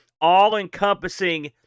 all-encompassing